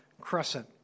crescent